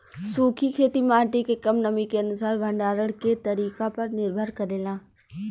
सूखी खेती माटी के कम नमी के अनुसार भंडारण के तरीका पर निर्भर करेला